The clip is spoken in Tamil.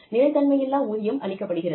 நிலைத்தன்மையில்லா ஊதியம் அளிக்கப்படுகிறது